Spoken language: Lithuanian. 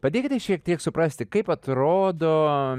padėkite šiek tiek suprasti kaip atrodo